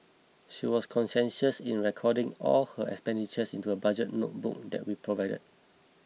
she was conscientious in recording all her expenditures into the budget notebook that we provided